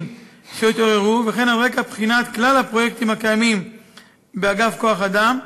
אשר התעוררו וכן על רקע בחינת כלל הפרויקטים הקיימים באגף כוח-אדם,